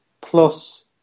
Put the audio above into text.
plus